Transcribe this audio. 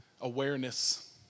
awareness